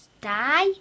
die